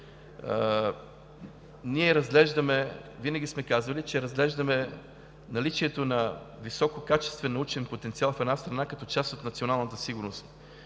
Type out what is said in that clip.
на България. Винаги сме казвали, че разглеждаме наличието на висококачествен научен потенциал в една страна като част от националната сигурност.